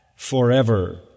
forever